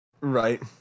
Right